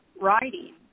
writing